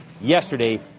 yesterday